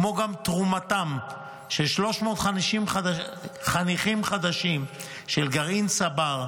כמו גם תרומתם של 350 חניכים חדשים של גרעין צבר,